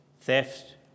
theft